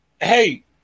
hey